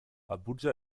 abuja